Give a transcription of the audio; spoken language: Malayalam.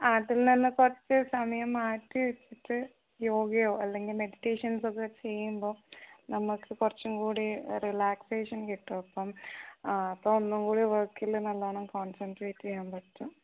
ആ അതിൽ നിന്ന് കുറച്ച് സമയം മാറ്റിവെച്ചിട്ട് യോഗയോ അല്ലെങ്കിൽ മെഡിറ്റേഷൻസൊക്കെ ചെയ്യുമ്പോൾ നമുക്ക് കുറച്ചും കൂടി റിലാക്സേഷൻ കിട്ടും അപ്പം ആ അപ്പം ഒന്നും കൂടി വർക്കിൽ നല്ലോണം കോൺസെൻട്രേറ്റ് ചെയ്യാൻ പറ്റും